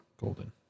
Golden